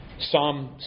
Psalm